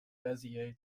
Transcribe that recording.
bezier